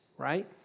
Right